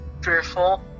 Fearful